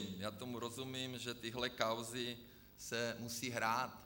Já tomu rozumím, že tyto kauzy se musí hrát.